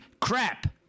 crap